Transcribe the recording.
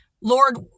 Lord